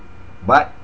but